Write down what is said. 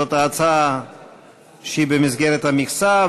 זאת ההצעה שהיא במסגרת המכסה,